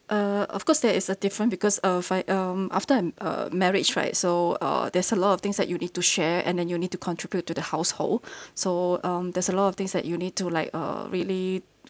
uh of course there is a different because err if I um after I'm uh marriage right so uh there's a lot of things that you need to share and then you'll need to contribute to the household so um there's a lot of things that you need to like uh really